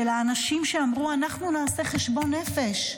של האנשים שאמרו: אנחנו נעשה חשבון נפש,